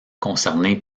concernées